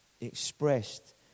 expressed